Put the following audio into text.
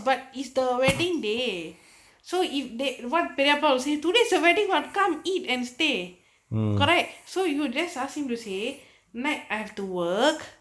but is the wedding day so if they what பெரியப்பா:periyappa will say today's a wedding [what] come eat and stay correct so you just ask him to say may I have to work